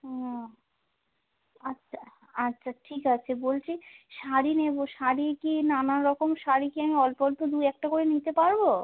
ও আচ্ছা আচ্ছা ঠিক আছে বলছি শাড়ি নেবো শাড়ি কি নানা রকম শাড়ি কি আমি অল্প অল্প দু একটা করে নিতে পারবো